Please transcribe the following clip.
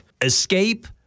Escape